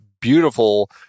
beautiful